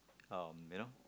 um you know